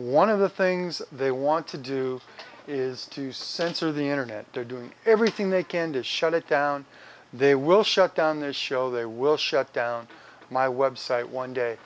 one of the things they want to do is to censor the internet they're doing everything they can to shut it down they will shut down their show they will shut down my website one day